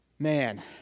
Man